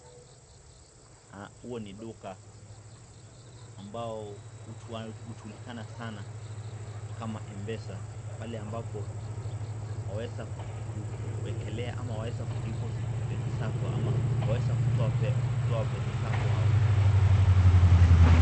Huo ni duka ambao hujulikana sana kama mpesa, pale ambapo waweza kuwekelea ama kudiposit, zako ama waweza kutowa pesa zao hapo.